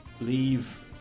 Leave